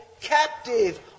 captive